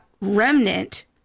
remnant